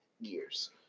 years